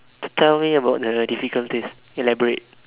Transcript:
tell me about the difficulties elaborate